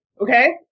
Okay